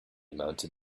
mounted